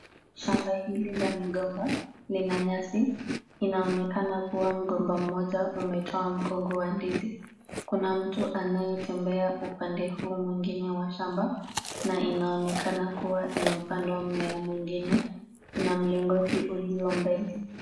Shamba hili la migomba lina nyasi inaonekana kuwa mgomba mmoja umetoa mkongo wa ndizi. Kuna mtu anayetembea upande mwingine huo wa shamba na inaonekana kuwa imepandwa nyingine. Kuna mlingoti ulio mbele.